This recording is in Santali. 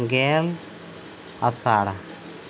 ᱜᱮᱞ ᱟᱥᱟᱲ